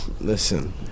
Listen